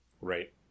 Right